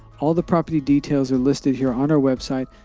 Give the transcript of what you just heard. all the property details are listed here on our website.